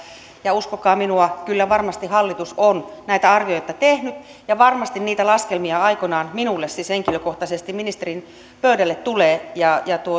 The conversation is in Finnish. ja uskokaa minua kyllä varmasti hallitus on näitä arvioita tehnyt ja varmasti niitä laskelmia aikanaan minulle siis henkilökohtaisesti ministerin pöydälle tulee ja ja